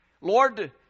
Lord